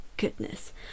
goodness